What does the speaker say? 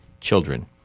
children